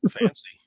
Fancy